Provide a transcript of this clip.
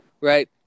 Right